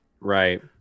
Right